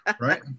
right